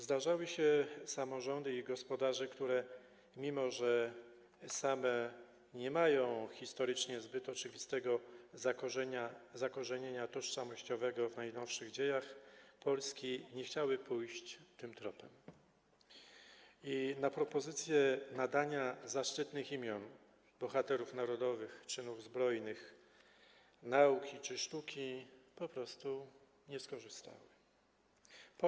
Zdarzały się samorządy - i ich gospodarze - które mimo że same nie mają historycznie zbyt oczywistego zakorzenienia tożsamościowego w najnowszych dziejach Polski, nie chciały pójść tym tropem i na propozycje nadania zaszczytnych imion bohaterów narodowych czynów zbrojnych, nauki czy sztuki - po prostu nie skorzystały z tego.